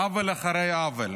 עוול אחרי עוול.